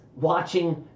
watching